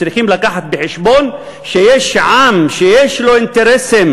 צריכה לקחת בחשבון שיש עם שיש לו אינטרסים